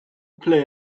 play